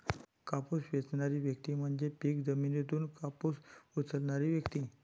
कापूस वेचणारी व्यक्ती म्हणजे पीक जमिनीतून कापूस उचलणारी व्यक्ती